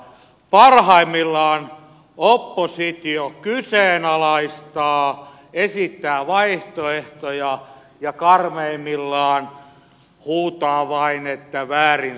parhaimmillaan oppositio kyseenalaistaa esittää vaihtoehtoja ja karmeimmillaan huutaa vain että väärin sammutettu